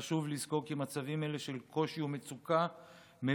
חשוב לזכור כי מצבים אלו של קושי ומצוקה מביאים